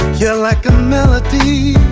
you're like a melody,